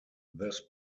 this